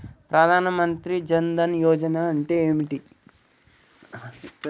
ప్రధాన మంత్రి జన్ ధన్ యోజన అంటే ఏంటిది? ఎవరెవరు అప్లయ్ చేస్కోవచ్చు?